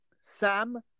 Sam